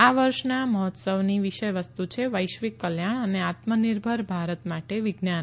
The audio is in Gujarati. આ વર્ષના મહોત્સવની વિષયવસ્તુ છે વૈશ્વિક કલ્યાણ અને આત્મનિર્ભર ભારત માટે વિજ્ઞાન